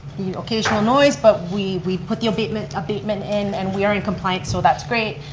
the occasional noise, but we we put the abatement abatement in, and we are in compliance, so that's great,